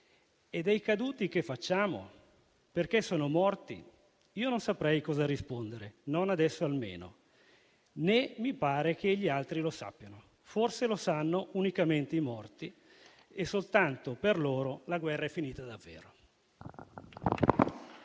e dei caduti che facciamo? Perché sono morti? Io non saprei cosa rispondere. Non adesso, almeno. Né mi pare che gli altri lo sappiano. Forse lo sanno unicamente i morti, e soltanto per loro la guerra è finita davvero».